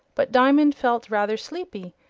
but diamond felt rather sleepy,